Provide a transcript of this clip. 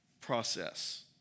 process